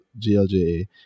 GLJA